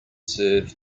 serve